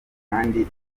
kandi